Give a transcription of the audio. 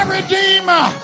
Redeemer